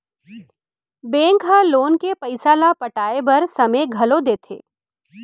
bank ह loan के पइसा ल पटाए बर समे घलो देथे